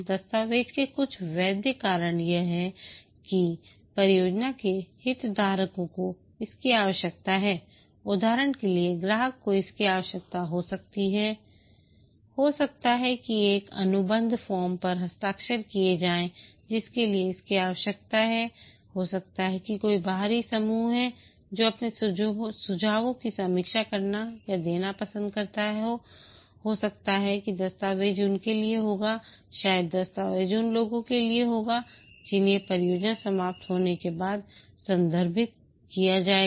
दस्तावेज़ के कुछ वैध कारण यह हैं कि परियोजना के हितधारकों को इसकी आवश्यकता हैउदाहरण के लिए ग्राहक को इसकी आवश्यकता हो सकती है हो सकता है कि एक अनुबंध फ़ॉर्म पर हस्ताक्षर किए जाएं जिसके लिए इसकी आवश्यकता हैहो सकता है कि कोई बाहरी समूह है जो अपने सुझावों की समीक्षा करना या देना पसंद करता है हो सकता है कि दस्तावेज़ उनके लिए होगा शायद दस्तावेज़ उन लोगों के लिए होगा जिन्हें परियोजना समाप्त होने के बाद संदर्भित किया जाएगा